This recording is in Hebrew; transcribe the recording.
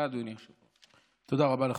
תודה, אדוני.